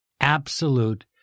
absolute